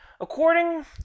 according